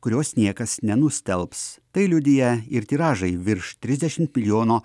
kurios niekas nenustelbs tai liudija ir tiražai virš trisdešimt milijonų